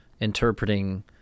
interpreting